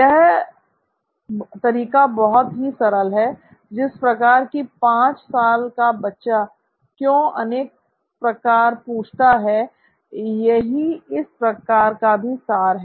यह तरीका बहुत ही सरल हैl जिस प्रकार कि एक 5 साल का बच्चा " क्यों" अनेक प्रकार पूछता है यही इस तरीके का सार भी है